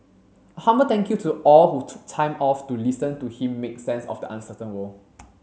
a humble thank you to all who took time off to listen to him make sense of the uncertain world